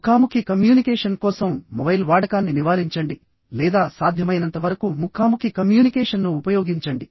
ముఖాముఖి కమ్యూనికేషన్ కోసం మొబైల్ వాడకాన్ని నివారించండి లేదా సాధ్యమైనంత వరకు ముఖాముఖి కమ్యూనికేషన్ను ఉపయోగించండి